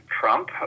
Trump